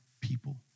people